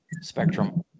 spectrum